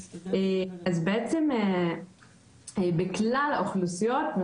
אז בעצם בכלל האוכלוסיות בשירות המדינה,